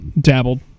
dabbled